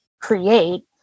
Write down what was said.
create